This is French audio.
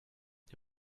est